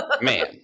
man